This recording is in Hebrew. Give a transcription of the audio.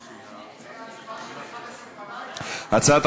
חוק לשכת עורכי-הדין (תיקון מס'